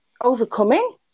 overcoming